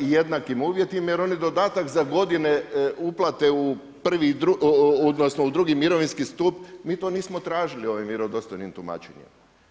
jednakim uvjetima jer oni dodatak za godine uplate u drugi mirovinski stup mi to nismo tražili ovim vjerodostojnim tumačenjem.